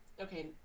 okay